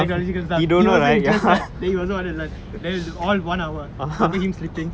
technological stuff he also interested then he also wanted to learn all one hour remember him sleeping